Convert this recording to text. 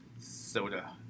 Soda